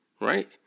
right